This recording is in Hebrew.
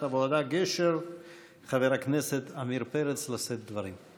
העבודה-גשר חבר הכנסת עמיר פרץ לשאת דברים.